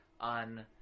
on